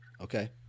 okay